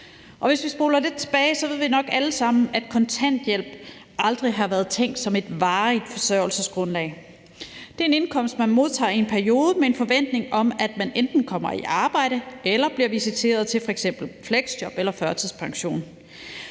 Hvis vi spoler lidt tilbage, ved vi nok alle sammen, at kontanthjælp aldrig har været tænkt som et varigt forsørgelsesgrundlag. Det er en indkomst, man modtager i en periode med en forventning om, at man enten kommer i arbejde eller bliver visiteret til f.eks. fleksjob eller førtidspension.